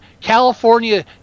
California